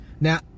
Now